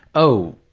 oh,